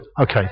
Okay